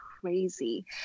crazy